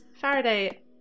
Faraday